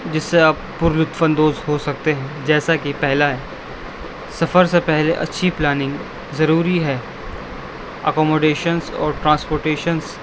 جس سے آپ پرلطف اندوز ہو سکتے ہیں جیسا کہ پہلا ہے سفر سے پہلے اچھی پلاننگ ضروری ہے اکوموڈیشنس اور ٹرانسپورٹینشنس